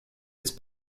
its